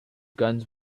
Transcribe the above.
guns